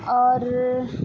اور